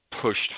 pushed